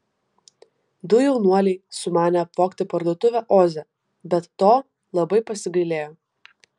du jaunuoliai sumanė apvogti parduotuvę oze bet to labai pasigailėjo